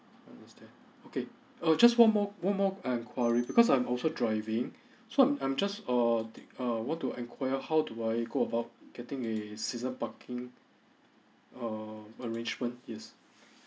understand okay okay just one more one more enquiry because I'm also driving so I'm I'm just err think err want to enquire how do I go about getting a season parking err arrangement yes